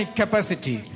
capacity